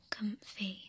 Comfy